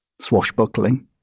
swashbuckling